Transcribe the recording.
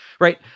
right